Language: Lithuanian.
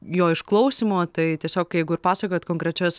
jo išklausymo tai tiesiog jeigu ir pasakojat konkrečias